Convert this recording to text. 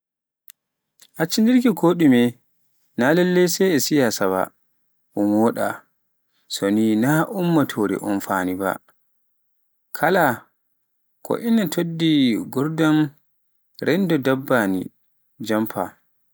Accindirki e ko ɗume na lallai sai siyaasa ba, un wooɗa, so ni naa ummatore un nuufi ba, kala ko ina toɗɗii nguurndam renndo ɗaɓɓaani janfa